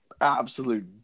absolute